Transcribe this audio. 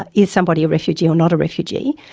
ah is somebody a refugee or not a refugee,